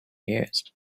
used